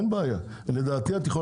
לדעתי את,